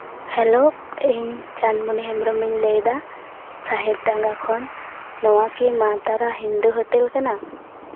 hello ᱤᱧ ᱪᱟᱸᱫᱽᱢᱚᱱᱤ ᱦᱮᱢᱵᱨᱚᱢ ᱤᱧ ᱞᱟᱹᱭᱫᱟ ᱥᱟᱦᱮᱵᱽ ᱰᱟᱸᱜᱟ ᱠᱷᱚᱱ ᱱᱚᱣᱟ ᱠᱤ ᱢᱟ ᱛᱟᱨᱟ ᱦᱤᱱᱫᱩ ᱦᱳᱴᱮᱞ ᱠᱟᱱᱟ